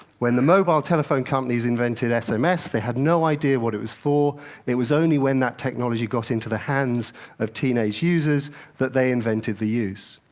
when the mobile telephone companies invented sms, i mean they had no idea what it was for it was only when that technology got into the hands of teenage users that they invented the use.